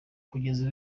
kugeza